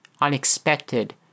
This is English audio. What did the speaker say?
unexpected